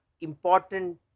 important